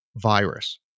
virus